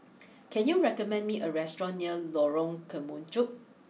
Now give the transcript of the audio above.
can you recommend me a restaurant near Lorong Kemunchup